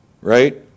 right